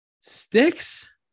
Sticks